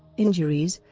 injuries